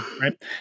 Right